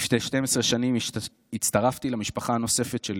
לפני 12 שנים הצטרפתי למשפחה הנוספת שלי,